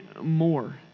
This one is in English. more